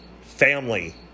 family